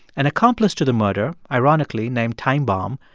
an accomplice to the murder, ironically named time bomb,